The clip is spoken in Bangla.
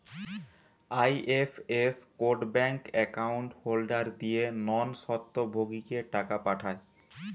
IFS code bank account holder দিয়ে নন স্বত্বভোগীকে টাকা পাঠায়